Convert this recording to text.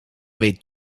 weet